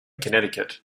connecticut